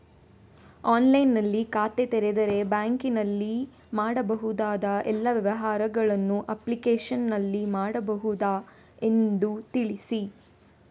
ಆನ್ಲೈನ್ನಲ್ಲಿ ಖಾತೆ ತೆರೆದರೆ ಬ್ಯಾಂಕಿನಲ್ಲಿ ಮಾಡಬಹುದಾ ಎಲ್ಲ ವ್ಯವಹಾರಗಳನ್ನು ಅಪ್ಲಿಕೇಶನ್ನಲ್ಲಿ ಮಾಡಬಹುದಾ ಎಂದು ತಿಳಿಸಿ?